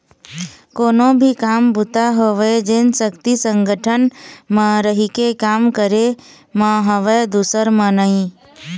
कोनो भी काम बूता होवय जेन सक्ति संगठन म रहिके काम करे म हवय दूसर म नइ